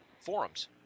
forums